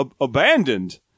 abandoned